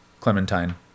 Clementine